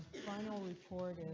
final report